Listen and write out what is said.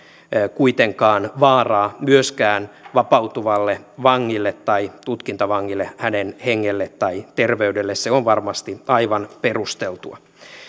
kuitenkaan vaaraa myöskään vapautuvalle vangille tai tutkintavangille hänen hengelleen tai terveydelleen se on varmasti aivan perusteltua